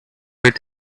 with